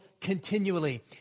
continually